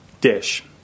dish